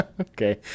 Okay